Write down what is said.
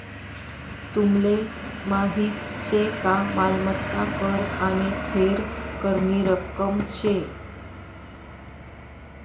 तुमले माहीत शे का मालमत्ता कर आने थेर करनी रक्कम शे